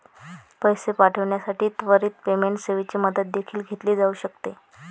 पैसे पाठविण्यासाठी त्वरित पेमेंट सेवेची मदत देखील घेतली जाऊ शकते